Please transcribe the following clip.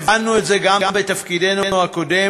הבנו את זה גם בתפקידנו הקודם,